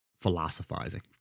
philosophizing